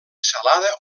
salada